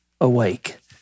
awake